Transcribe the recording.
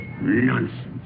Nonsense